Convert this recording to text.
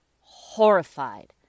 horrified